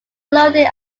loading